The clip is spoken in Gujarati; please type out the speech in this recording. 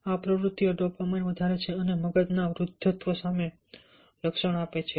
આ પ્રવૃત્તિઓ ડોપામાઇનને વધારે છે અને મગજના વૃદ્ધત્વ સામે રક્ષણ આપે છે